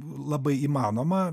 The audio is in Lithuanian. labai įmanoma